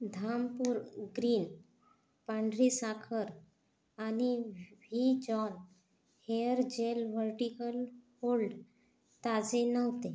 Dhampur green पांढरी साखर आणि V John hair gel vertical hold ताजे नव्हते